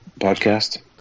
podcast